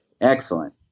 Excellent